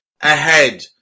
ahead